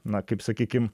na kaip sakykim